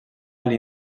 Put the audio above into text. alt